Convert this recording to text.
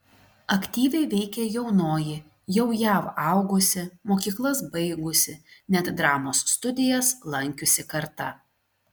aktyviai veikė jaunoji jau jav augusi mokyklas baigusi net dramos studijas lankiusi karta